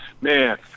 man